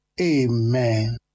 Amen